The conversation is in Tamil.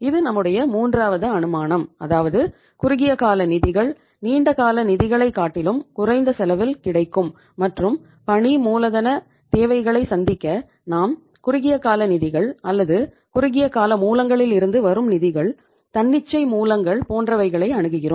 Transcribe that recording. இது நம்முடைய மூன்றாவது அனுமானம் அதாவது குறுகிய கால நிதிகள் நீண்டகால நிதிகளை காட்டிலும் குறைந்த செலவில் கிடைக்கும் மற்றும் பணி மூலதன தேவைகளை சந்திக்க நாம் குறுகிய கால நிதிகள் அல்லது குறுகிய கால மூலங்களில் இருந்து வரும் நிதிகள் தன்னிச்சை மூலங்கள் போன்றவைகளை அணுகுகிறோம்